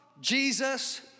Jesus